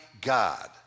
God